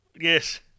Yes